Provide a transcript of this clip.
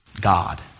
God